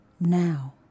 now